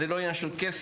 זה לא עניין של כסף,